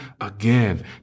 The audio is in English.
again